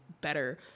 better